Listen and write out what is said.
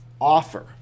offer